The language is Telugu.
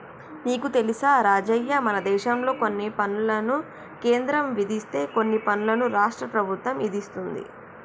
నీకు తెలుసా రాజయ్య మనదేశంలో కొన్ని పనులను కేంద్రం విధిస్తే కొన్ని పనులను రాష్ట్ర ప్రభుత్వం ఇదిస్తుంది